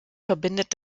verbindet